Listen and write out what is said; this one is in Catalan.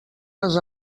les